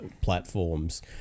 platforms